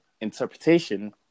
interpretation